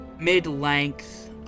mid-length